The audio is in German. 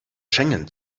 schengen